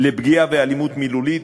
לפגיעה ולאלימות מילולית,